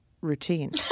routine